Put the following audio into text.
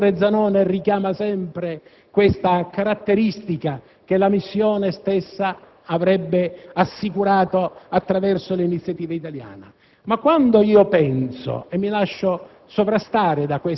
Israele? Se non si ottiene questo risultato per le vie politiche, allora la missione di pace, che sino a questo momento ha sortito un risultato che tutti dobbiamo apprezzare,